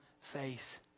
face